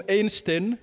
Einstein